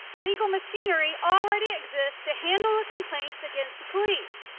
legal machinery already exists to handle ah complaints against the police,